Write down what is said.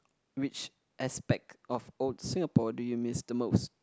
which aspect of old Singapore do you miss the most